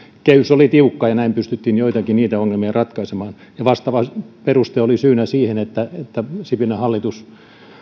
kehys oli tiukka ja näin pystyttiin joitakin ongelmia ratkaisemaan ja vastaava peruste oli syynä siihen että että sipilän hallitus